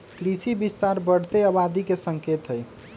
कृषि विस्तार बढ़ते आबादी के संकेत हई